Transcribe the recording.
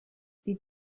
sie